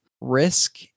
Risk